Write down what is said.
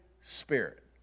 Spirit